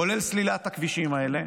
כולל סלילת הכבישים האלה.